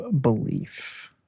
belief